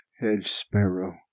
hedge-sparrow